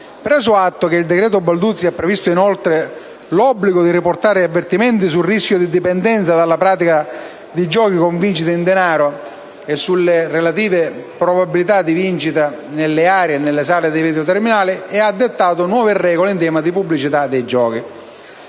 preso atto che il "decreto Balduzzi" ha previsto inoltre l'obbligo di riportare avvertimenti sul rischio di dipendenza dalla pratica di giochi con vincite in denaro e sulle relative probabilità di vincita nelle aree e nelle sale con videoterminali, e ha dettato nuove regole in tema di pubblicità dei giochi;